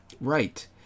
Right